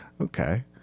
okay